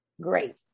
great